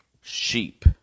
sheep